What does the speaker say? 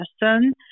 person